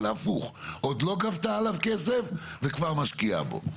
אלא הפוך, עוד לא גבתה עליו כסף וכבר משקיעה בו.